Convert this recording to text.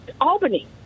Albany